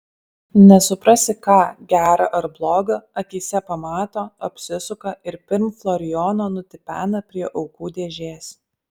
nesuprasi ką gera ar bloga akyse pamato apsisuka ir pirm florijono nutipena prie aukų dėžės